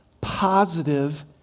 positive